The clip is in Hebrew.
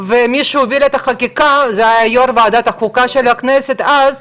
ומי שהוביל את החקיקה היה יו"ר ועדת החוקה של הכנסת אז,